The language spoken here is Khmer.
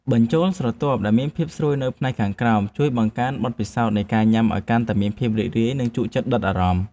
បញ្ចូលស្រទាប់ដែលមានភាពស្រួយនៅផ្នែកខាងក្រោមជួយបង្កើនបទពិសោធន៍នៃការញ៉ាំឱ្យកាន់តែមានភាពរីករាយ និងជក់ចិត្តដិតអារម្មណ៍។